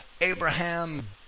Abraham